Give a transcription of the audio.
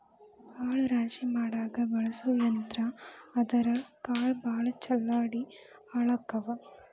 ಕಾಳ ರಾಶಿ ಮಾಡಾಕ ಬಳಸು ಯಂತ್ರಾ ಆದರಾ ಕಾಳ ಭಾಳ ಚಲ್ಲಾಡಿ ಹಾಳಕ್ಕಾವ